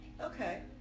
Okay